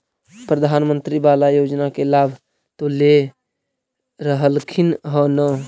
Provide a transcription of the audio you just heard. प्रधानमंत्री बाला योजना के लाभ तो ले रहल्खिन ह न?